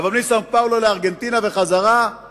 אבל מסאו-פאולו לארגנטינה וחזרה הוא